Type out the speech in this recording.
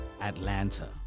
Atlanta